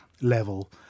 level